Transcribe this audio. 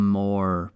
more